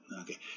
okay